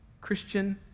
Christian